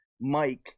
Mike